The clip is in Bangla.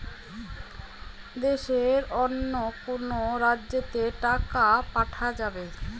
দেশের অন্য কোনো রাজ্য তে কি টাকা পাঠা যাবে?